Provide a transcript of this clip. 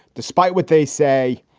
despite what they say,